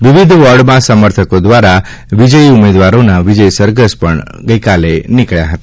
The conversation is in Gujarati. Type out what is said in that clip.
વિવિધ વોર્ડમાં સમર્થકો દ્વારા વિજયી ઉમેદવારોના વિજયસરઘસ નીકળ્યા હતા